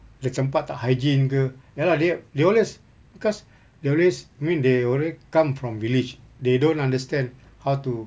the tempat tak hygiene ke ya lah they they always because they always I mean they always come from village they don't understand how to